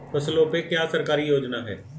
फसलों पे क्या सरकारी योजना है?